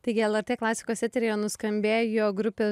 taigi lrt klasikos eteryje nuskambėjo grupė